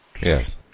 Yes